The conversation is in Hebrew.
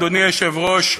אדוני היושב-ראש,